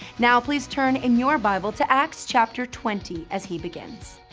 now please turn in your bible to acts chapter twenty as he begins.